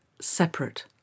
separate